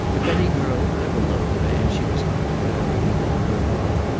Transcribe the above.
if any girl ever loved the man she was going to marry with all her heart,